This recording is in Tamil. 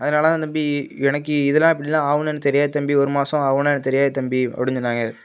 அதனால் தான் தம்பி எனக்கு இதலாம் இப்படிலாம் ஆகுன்னு எனக்குத் தெரியாது தம்பி ஒரு மாதம் ஆகுன்னு எனக்குத் தெரியாது தம்பி அப்டின்னு சொன்னாங்க